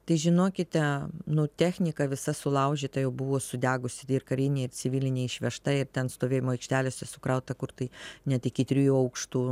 tai žinokite nu technika visa sulaužyta jau buvo sudegusi ir karinė ir civilinė išvežta ir ten stovėjimo aikštelėse sukrauta kur tai net iki trijų aukštų